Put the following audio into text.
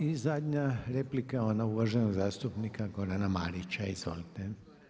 I zadnja replika je ona uvaženog zastupnika Gorana Marića, izvolite.